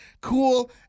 cool